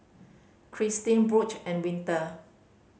Kristine and Winter